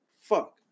fuck